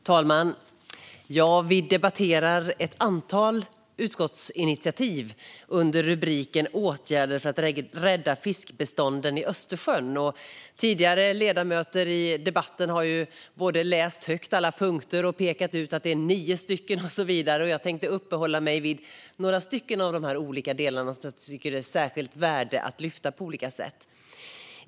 Fru talman! Vi debatterar i dag ett antal utskottsinitiativ under rubriken Åtgärder för att rädda fiskbestånden i Östersjön . Tidigare talare i debatten har ju både läst upp alla punkter högt och pekat på att de är nio till antalet. Jag tänkte uppehålla mig vid några olika delar som jag tycker är särskilt värda att ta upp.